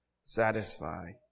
satisfy